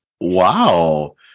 Wow